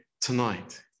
tonight